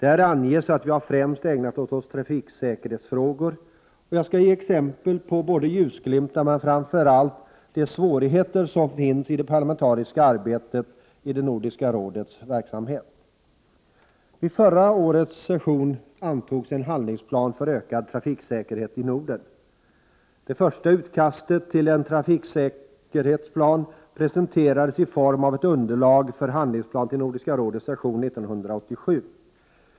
Där anges att vi främst ägnat oss åt trafiksäkerhetsfrågor, och jag skall ge exempel på ljusglimtar men framför allt de svårigheter som finns i det parlamentariska arbetet i Nordiska rådets verksamhet. Vid förra årets session antogs en handlingsplan för ökad trafiksäkerhet i Norden. Det första utkastet till en trafiksäkerhetsplan presenterades i form av ett underlag för handlingsplan till Nordiska rådets session 1987.